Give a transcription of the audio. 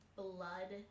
blood